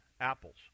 apples